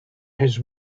his